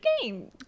game